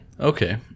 Okay